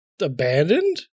abandoned